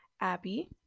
Abby